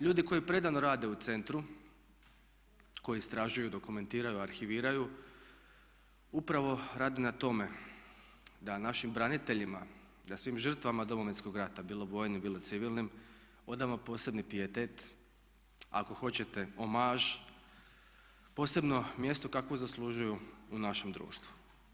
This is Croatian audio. Ljudi koji predano rade u Centru, koji istražuju, dokumentiraju, arhiviraju upravo rade na tome da našim braniteljima, da svim žrtvama Domovinskog rata, bilo vojnim, bilo civilnim odamo posebni pijetet, ako hoćete omaž, posebno mjesto kakvo zaslužuju u našem društvu.